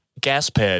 Gasped